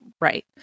Right